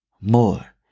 more